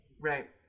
Right